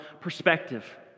perspective